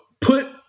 put